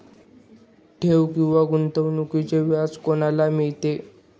ठेव किंवा गुंतवणूकीचे व्याज कोणाला मिळते?